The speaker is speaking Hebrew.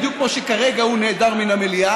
בדיוק כמו שכרגע הוא נעדר מן המליאה.